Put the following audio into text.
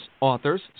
authors